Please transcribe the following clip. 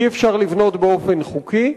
אי-אפשר לבנות באופן חוקי,